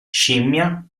scimmia